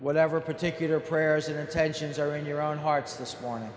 whatever particular prayers their intentions are in your own hearts this morning